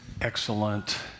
Excellent